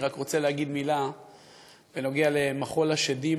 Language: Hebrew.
אני רק רוצה להגיד מילה בנוגע למחול השדים